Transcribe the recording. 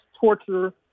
torture